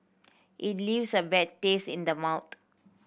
it leaves a bad taste in the mouth